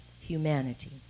humanity